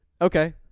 Okay